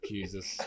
Jesus